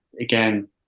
Again